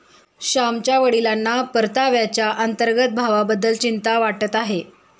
श्यामच्या वडिलांना परताव्याच्या अंतर्गत भावाबद्दल चिंता वाटत आहे